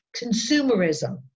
consumerism